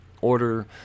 order